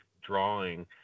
drawing